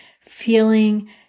feeling